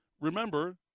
remember